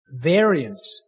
Variance